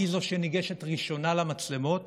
היא שניגשת ראשונה למצלמות